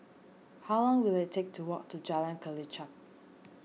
how long will it take to walk to Jalan Kelichap